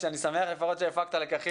אם יש משהו בתוך סיכום הקולנוע,